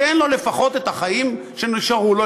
תן לו לפחות את החיים שנשארו לו,